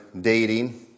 dating